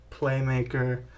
playmaker